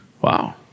wow